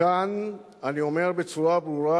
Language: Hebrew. מכאן אני אומר בצורה ברורה,